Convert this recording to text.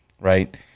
right